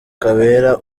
kabera